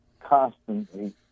constantly